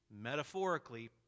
metaphorically